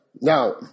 Now